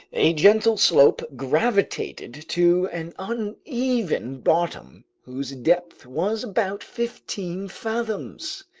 a gentle slope gravitated to an uneven bottom whose depth was about fifteen fathoms.